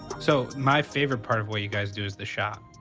so my favorite part of what you guys do is the shop.